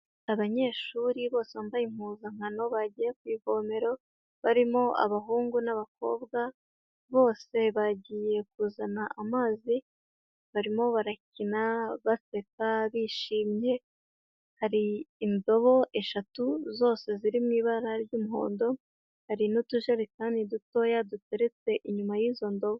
Abanyeshuri bose bambaye impuzankano, bagiye ku ivomeraro barimo abahungu n'abakobwa bose bagiye kuzana amazi, barimo barakina baseka bishimye, hari indobo eshatu zose ziri mu ibara ry'umuhondo, hari n'utujerekani dutoya duteretse inyuma y'izo ndobo.